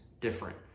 different